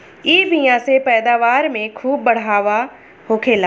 इ बिया से पैदावार में खूब बढ़ावा होखेला